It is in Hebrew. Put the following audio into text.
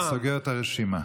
אני סוגר את הרשימה.